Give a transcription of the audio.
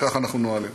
וכך אנחנו פועלים.